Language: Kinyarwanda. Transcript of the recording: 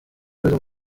kwezi